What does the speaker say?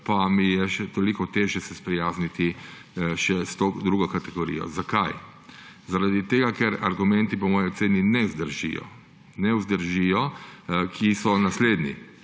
se mi je še toliko težje sprijazniti s to drugo kategorijo. Zakaj? Zaradi tega ker argumenti po moji oceni ne vzdržijo. Argumenti so naslednji: